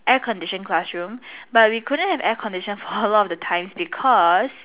air conditioned classroom but we couldn't have air conditioned for a lot of the times because